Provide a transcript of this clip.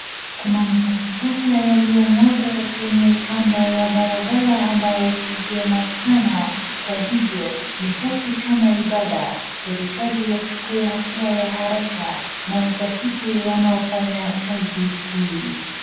Kuna matakataka yaliyomwagwa kwenye kando ya barabara ambayo si vyema sana, kwa hivyo ni sharti kama ibada serikali wachukue hatua ya haraka na watafute wanaofanya kazi hii.